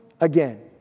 again